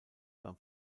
beim